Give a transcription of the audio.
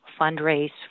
fundraise